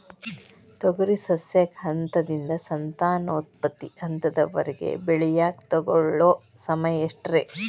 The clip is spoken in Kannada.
ತೊಗರಿ ಸಸ್ಯಕ ಹಂತದಿಂದ, ಸಂತಾನೋತ್ಪತ್ತಿ ಹಂತದವರೆಗ ಬೆಳೆಯಾಕ ತಗೊಳ್ಳೋ ಸಮಯ ಎಷ್ಟರೇ?